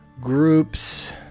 groups